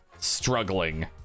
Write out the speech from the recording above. struggling